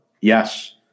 Yes